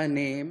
והעניים?